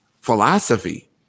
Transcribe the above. philosophy